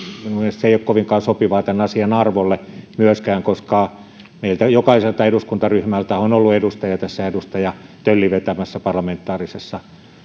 se ei ole kovinkaan sopivaa myöskään tämän asian arvolle koska jokaiselta eduskuntaryhmältä on ollut edustaja tässä edustaja töllin vetämässä parlamentaarisessa